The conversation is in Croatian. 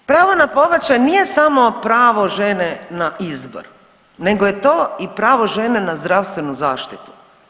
Pravo na pobačaj nije samo pravo žene na izbor nego je to i pravo žene na zdravstvenu zaštitu.